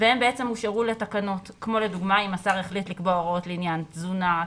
והם הושארו לתקנות כמו לדוגמה אם השר יחליט לקבוע הוראות לעניין תזונה,